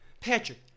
Patrick